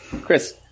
Chris